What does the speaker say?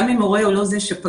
גם אם הורה הוא לא זה שפגע,